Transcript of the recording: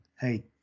hey